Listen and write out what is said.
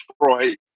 Detroit